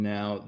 Now